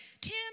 Tim